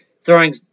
throwing